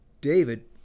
David